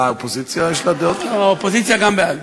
האופוזיציה, יש לה דעות, גם האופוזיציה בעד.